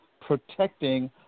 protecting